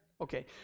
Okay